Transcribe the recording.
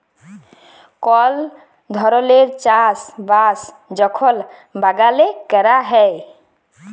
call ধরলের চাষ বাস যখল বাগালে ক্যরা হ্যয়